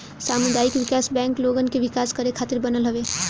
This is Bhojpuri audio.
सामुदायिक विकास बैंक लोगन के विकास करे खातिर बनल हवे